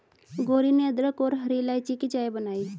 गौरी ने अदरक और हरी इलायची की चाय बनाई